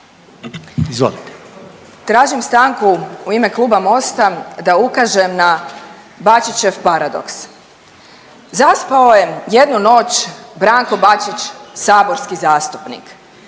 Tražim stanku u ime Kluba Mosta da ukažem na Bačićev paradoks. Zaspao je jednu noć Branko Bačić, saborski zastupnik.